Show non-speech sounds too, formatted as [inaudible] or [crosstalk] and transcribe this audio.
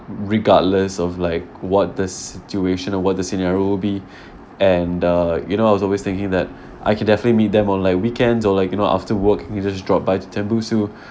regardless of like what the situation or what the scenario would be [breath] and uh you know I was always thinking that I could definitely meet them on like weekends or like you know after work you just drop by to tembusu